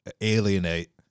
alienate